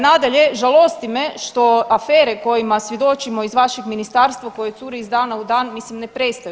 Nadalje, žalosti me što afere kojima svjedočimo iz vašeg ministarstva koje cure iz dana u dan mislim ne prestaju.